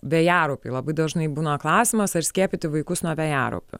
vėjaraupiai labai dažnai būna klausimas ar skiepyti vaikus nuo vėjaraupių